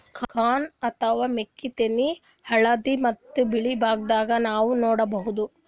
corn ಅಥವಾ ಮೆಕ್ಕಿತೆನಿ ಹಳ್ದಿ ಮತ್ತ್ ಬಿಳಿ ಬಣ್ಣದಾಗ್ ನಾವ್ ನೋಡಬಹುದ್